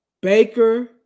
Baker